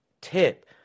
tip